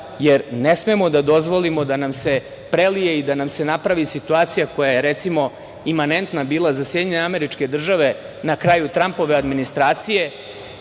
jer ne smemo da dozvolimo da nam se prelije i da nam se napravi situacija koja je, recimo, imanentna bila za SAD na kraju Trampove administracije,